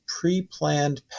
pre-planned